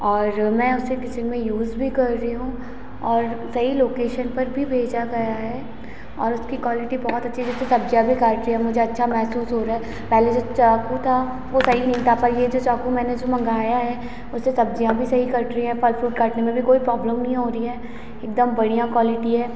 और मैं उसे किचन में यूज़ भी कर रही हूँ और सही लोकेशन पर भी भेजा गया है और उसकी क्वालिटी बहुत अच्छी है जैसे सब्जियाँ भी काट रही है मुझे अच्छा महसूस हो रहा है पहले जो चाकू था वो सही नहीं था पर ये जो चाकू मैंने जो मंगाया है उससे सब्जियाँ भी सही कट रही हैं फल फ्रूट काटने में भी कोई प्रॉब्लम नहीं हो रही है एकदम बढ़िया क्वालिटी है